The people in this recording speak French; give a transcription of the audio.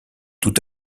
tout